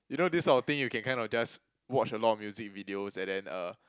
you know this type of thing you can kind of just watch a lot of music videos and then uh